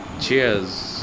cheers